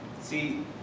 See